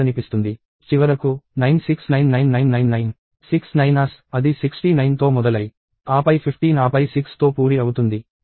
చివరకు 9699999 6 9's అది 69తో మొదలై ఆపై 15 ఆపై 6తో పూరి అవుతుంది